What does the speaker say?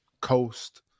coast